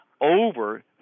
over